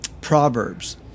Proverbs